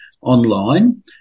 online